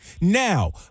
Now